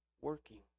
working